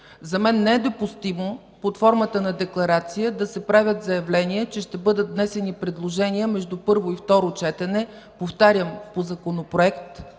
За мен не е допустимо под формата на декларация да се правят заявления, че ще бъдат внесени предложения между първо и второ четене, повтарям, по законопроект,